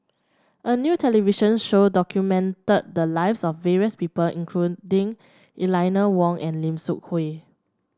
a new television show documented the lives of various people including Eleanor Wong and Lim Seok Hui